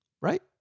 right